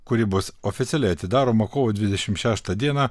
kuri bus oficialiai atidaroma kovo dvidešim šeštą dieną